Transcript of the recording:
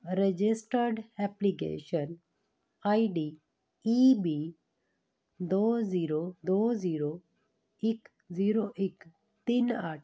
registered application I D E B ਦੋ zero ਦੋ zero ਇੱਕ ਜ਼ੀਰੋ ਇੱਕ ਤਿੰਨ ਅੱਠ